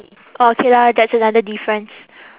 orh okay lah that's another difference